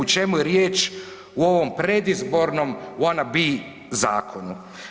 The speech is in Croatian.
U čemu je riječ u ovom predizbornom wanna be zakonu?